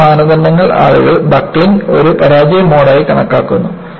മറ്റ് മാനദണ്ഡങ്ങൾ ആളുകൾ ബക്ക്ലിംഗ് ഒരു പരാജയ മോഡായി കണക്കാക്കുന്നു